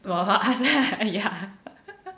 to us ya